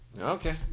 okay